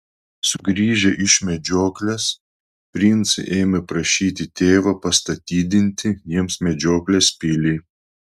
sugrįžę iš medžioklės princai ėmė prašyti tėvą pastatydinti jiems medžioklės pilį